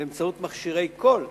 באמצעות מכשירי קול,